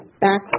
back